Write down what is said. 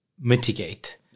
mitigate